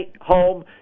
home